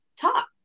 talk